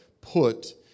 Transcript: Put